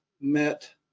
met